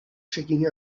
checking